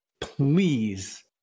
please